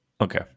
Okay